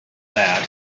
that